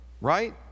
right